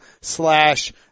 slash